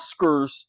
Oscars